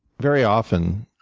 very often,